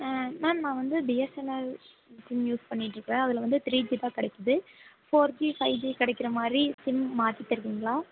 ma'am நான் வந்து BSNL SIM use பண்ணிட்ருக்கேன் அதில் வந்து த்ரீ ஜி தான் கிடைக்குது ஃபோர் ஜி ஃபைவ் ஜி கிடைக்கிற மாதிரி சிம் மாற்றித்தருவீங்களா